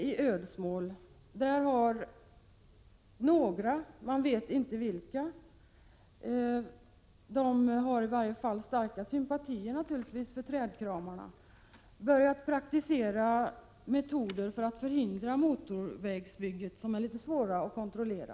I Ödsmål har några — man vet inte vilka, men de har naturligtvis starka sympatier för trädkramarna — börjat praktisera metoder för att förhindra motorvägsbygget som är svåra att kontrollera.